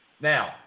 Now